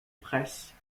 presse